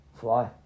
Fly